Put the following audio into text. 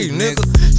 nigga